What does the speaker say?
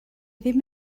ddim